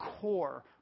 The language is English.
core